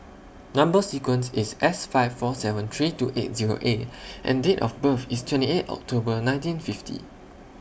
Number sequence IS S five four seven three two eight Zero A and Date of birth IS twenty eight October nineteen fifty